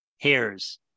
hairs